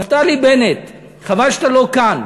נפתלי בנט, חבל שאתה לא כאן.